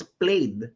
played